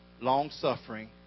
Long-suffering